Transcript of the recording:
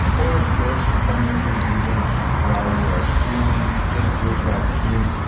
or of course, on your computer while you are streaming. just do it right here.